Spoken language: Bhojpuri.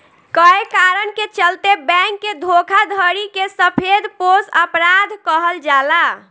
कए कारण के चलते बैंक के धोखाधड़ी के सफेदपोश अपराध कहल जाला